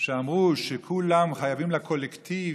שאמרו שכולם חייבים לקולקטיב,